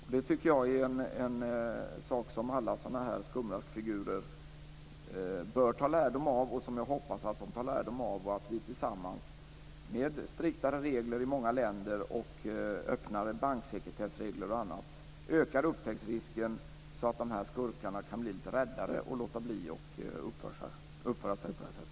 Detta är något som jag menar att alla skumraskfigurer av det här slaget bör ta lärdom av. Jag hoppas också att vi tillsammans, med striktare regler i många länder, med öppnare banksekretess och annat, ökar upptäcktsrisken så att de här skurkarna kan bli litet räddare och låta bli att uppföra sig på det här sättet.